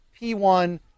P1